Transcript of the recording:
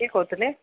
କିଏ କହୁଥିଲେ